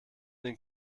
den